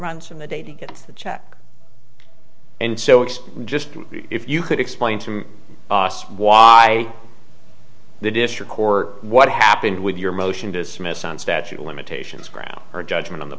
runs from the data gets the check and so it's just if you could explain to us why the district court what happened with your motion to dismiss on statute of limitations ground or judgement on the